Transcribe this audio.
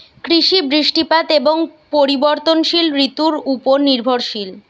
কৃষি বৃষ্টিপাত এবং পরিবর্তনশীল ঋতুর উপর নির্ভরশীল